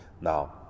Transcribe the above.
Now